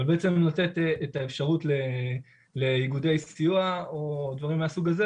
אבל בעצם היא נותנת את האפשרות לאיגודי סיוע או דברים מהסוג הזה,